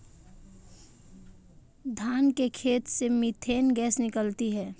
धान के खेत से मीथेन गैस निकलती है